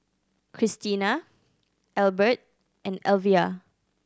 Kristina Elbert and Elvia